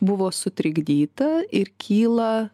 buvo sutrikdyta ir kyla